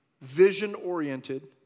vision-oriented